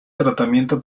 tratamiento